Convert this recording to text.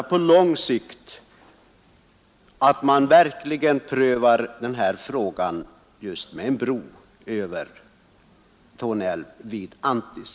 Möjligheterna att bygga en bro över Torne älv vid Anttis måste med allvar prövas.